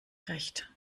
recht